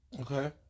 Okay